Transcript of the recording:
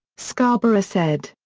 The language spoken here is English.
scarborough said.